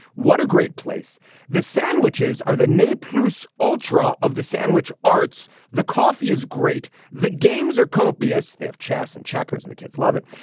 what a great place the sandwiches are. the ne plus ultra of the sandwich arts. the coffee is great. the games are copious. they have chess and checkers and the kids love it.